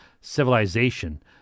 civilization